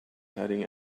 heading